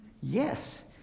Yes